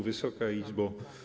Wysoka Izbo!